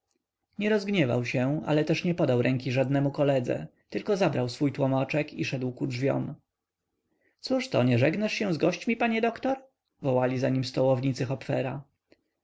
nie rozgniewał się ale też nie podał ręki żadnemu koledze tylko zabrał swój tłomoczek i szedł ku drzwiom cóż to nie żegnasz się z gośćmi panie doktor wołali za nim stołownicy hopfera